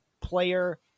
player